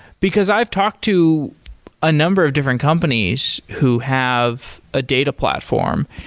because i've talked to a number of different companies who have a data platform,